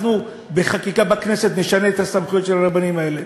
אנחנו בחקיקה בכנסת נשנה את הסמכויות של הרבנים האלה.